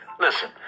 Listen